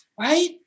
right